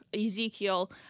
Ezekiel